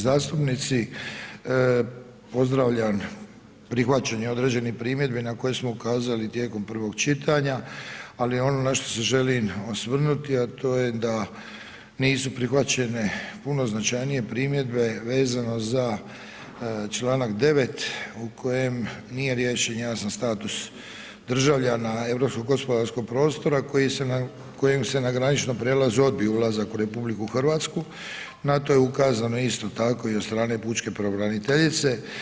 zastupnici, pozdravljam prihvaćanje određenih primjedbi na koje smo ukazali tijekom prvog čitanja, ali ono na što se želim osvrnuti, a to je da nisu prihvaćane puno značajnije primjedbe vezano za Članak 9. u kojem nije riješen jasan status državljana Europskog gospodarskog prostora koji su nam, kojem se na graničnom prelasku odbije ulazak u RH, na to je ukazano isto tako i od strane pučke pravobraniteljice.